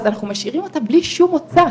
אז אנחנו משאירים אותה בלי שום מוצא,